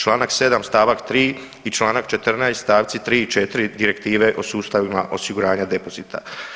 Članak 7. stavak 3. i Članak 14. stavci 3. i 4. Direktive o sustavima osiguranja depozita.